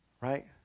Right